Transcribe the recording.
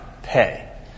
Pay